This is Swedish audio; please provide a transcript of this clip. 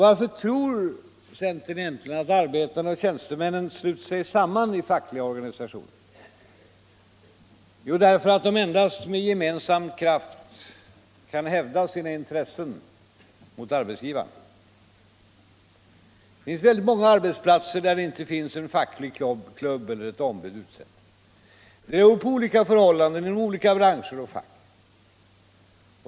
Varför tror centern egentligen att arbetarna och tjänstemännen sluter sig samman i fackliga organisationer? Jo, därför att de endast med gemensam kraft kan hävda sina intressen mot arbetsgivaren. På väldigt många arbetsplatser finns det inte någon facklig klubb och inte något ombud utsett. Det råder olika förhållanden inom olika branscher och fack.